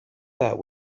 that